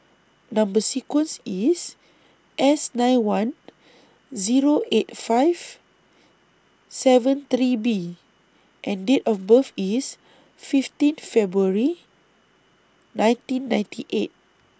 Number sequence IS S nine one Zero eight five seven three B and Date of birth IS fifteen February nineteen ninety eight